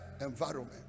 environment